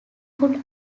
could